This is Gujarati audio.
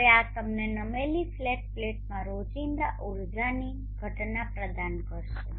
હવે આ તમને નમેલી ફ્લેટ પ્લેટમાં રોજિંદા ઉર્જાની ઘટના પ્રદાન કરશે